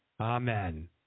Amen